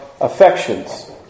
affections